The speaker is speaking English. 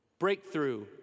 Breakthrough